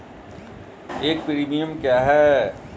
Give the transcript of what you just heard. एक प्रीमियम क्या है?